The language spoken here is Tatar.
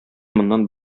моннан